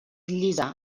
llisa